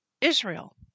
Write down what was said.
Israel